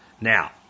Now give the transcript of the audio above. Now